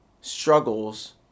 struggles